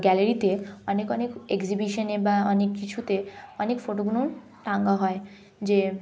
গ্যালারিতে অনেক অনেক এগজিবিশনে বা অনেক কিছুতে অনেক ফটোগুলো টাঙানো হয় যে